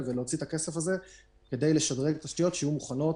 ונוציא את הכסף הזה כדי לשדרג תשתיות שיהיו מוכנות